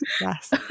yes